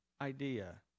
idea